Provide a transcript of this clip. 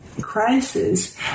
crisis